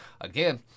Again